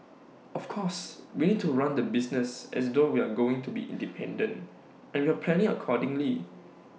of course we need to run the business as though we're going to be independent and we're planning accordingly